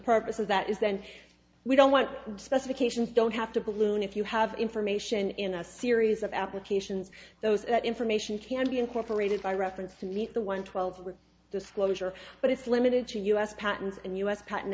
purpose of that is then we don't want specifications don't have to balloon if you have information in a series of applications those that information can be incorporated by reference to meet the one twelve disclosure but it's limited to u s patents and u s pat